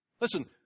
Listen